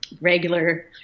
regular